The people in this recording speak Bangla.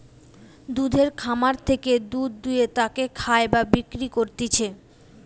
দুধের খামার থেকে দুধ দুয়ে তাকে খায় বা বিক্রি করতিছে